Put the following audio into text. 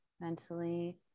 mentally